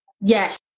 yes